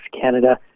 Canada